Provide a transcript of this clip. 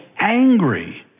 angry